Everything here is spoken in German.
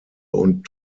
und